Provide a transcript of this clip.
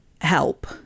help